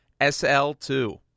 SL2